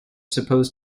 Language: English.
supposed